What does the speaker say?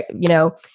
you know,